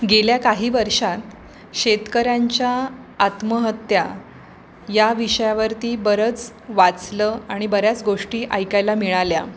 गेल्या काही वर्षांत शेतकऱ्यांच्या आत्महत्या या विषयावरती बरंच वाचलं आणि बऱ्याच गोष्टी ऐकायला मिळाल्या